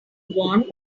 want